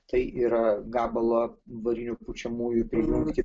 tai yra gabalą varinių pučiamųjų prijungti